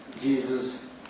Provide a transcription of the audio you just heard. Jesus